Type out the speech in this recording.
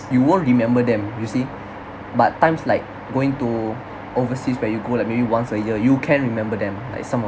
you won't remember them you see but times like going to overseas where you go like maybe once a year you can remember them like some of